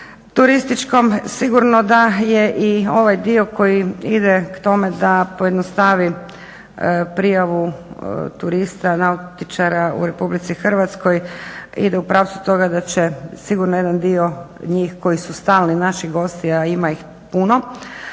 turističkom. Sigurno da je i ovaj dio koji ide k tome da pojednostavi prijavu turista nautičara u republici Hrvatskoj ide u pravcu toga da će sigurno jedan dio njih koji su stalni naši gosti a ima ih puno